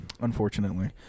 unfortunately